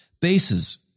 bases